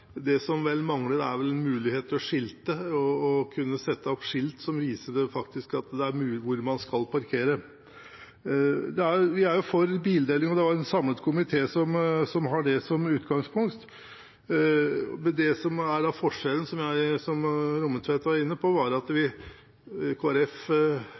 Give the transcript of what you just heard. Det som vel mangler, er muligheten til å kunne sette opp skilt som viser hvor man skal parkere. Vi er for bildeling, og det er en samlet komité som har det som utgangspunkt, men det som er forskjellen – som Rommetveit var inne på – er at Kristelig Folkeparti, Høyre og Fremskrittspartiet ønsker å se dette også i sammenheng med den generelle parkeringspolitikken i byene. Det vil si: Vi